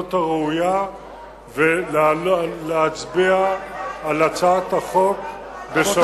בסבלנות הראויה ולהצביע על הצעת החוק בשבוע הבא.